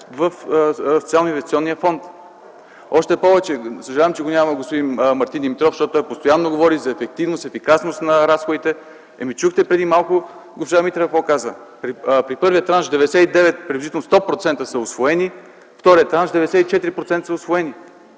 в Социално-инвестиционния фонд. Още повече – съжалявам, че го няма господин Мартин Димитров, защото той постоянно говори за ефективност, ефикасност на разходите. Ами, чухте преди малко госпожа Митрева какво каза – при първия транш 99, приблизително 100% са усвоени, вторият транш – 94% са усвоени.